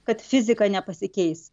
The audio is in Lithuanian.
kad fizika nepasikeis